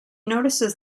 notices